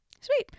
Sweet